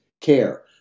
care